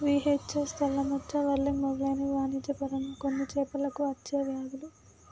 VHS, తెల్ల మచ్చ, whirling మెదలైనవి వాణిజ్య పరంగా కొన్ని చేపలకు అచ్చే వ్యాధులు